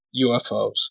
UFOs